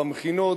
במכינות,